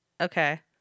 Okay